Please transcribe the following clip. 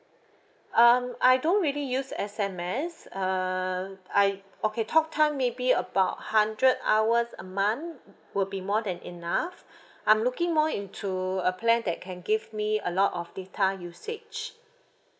um I don't really use S_M_S err I okay talk time maybe about hundred hours a month would be more than enough I'm looking more into a plan that can give me a lot of data usage